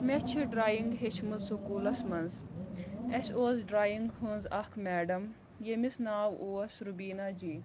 مےٚ چھِ ڈرایِنٛگ ہیٚچھمٕژ سکوٗلَس منٛز اَسہِ اوس ڈرایِنٛگ ہٕنٛز اَکھ میڈَم ییٚمِس ناو اوس رُبیٖنا جی